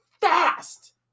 fast